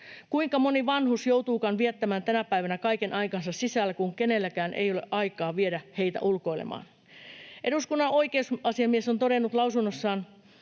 Kuinka moni vanhus joutuukaan viettämään tänä päivänä kaiken aikansa sisällä, kun kenelläkään ei ole aikaa viedä heitä ulkoilemaan. Eduskunnan oikeusasiamies on todennut lausunnossaan,